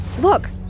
look